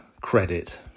credit